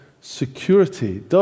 security